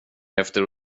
efter